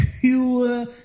pure